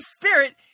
Spirit